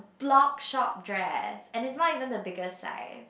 blog shop dress and it's not even the biggest size